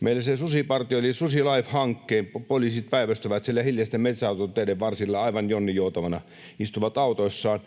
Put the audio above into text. meillä se susipartio, eli SusiLIFE-hankkeen poliisit, päivystää siellä hiljaisten metsäautoteiden varsilla ja aivan jonninjoutavana istuvat autoissaan